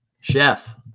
Chef